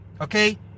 Okay